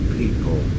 people